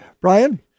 Brian